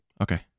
Okay